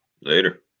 Later